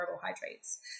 carbohydrates